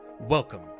Welcome